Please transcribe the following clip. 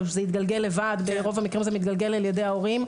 או שזה התגלגל לבד ברוב המקרים זה מתגלגל על ידי ההורים.